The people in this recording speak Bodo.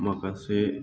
माखासे